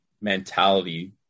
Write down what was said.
mentality